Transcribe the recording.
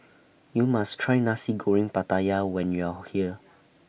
YOU must Try Nasi Goreng Pattaya when YOU Are here